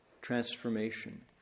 transformation